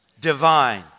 divine